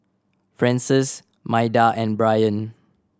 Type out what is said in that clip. Frances Maida and Brien